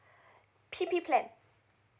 P P plan